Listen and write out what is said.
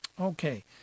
Okay